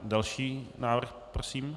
Další návrh prosím.